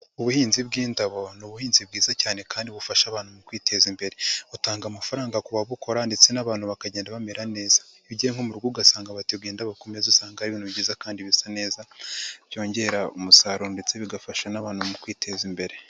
Ubuhinzi bw'indabo ni ubuhinzi bwiza cyane kandi bufasha abantu mu kwiteza imbere. Butanga amafaranga ku babukora ndetse n'abantu bakagenda bamera neza. Iyo ugiye nko mu rugo ugasanga bateguye indabo ku meza usanga ari ibintu byiza kandi bisa neza byongera umusaruro ndetse bigafasha n'abantu mu kwiteza imbere.